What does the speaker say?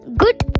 good